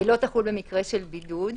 לא תחול במקרה של בידוד.